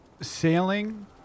sailing